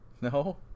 no